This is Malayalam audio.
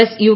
S U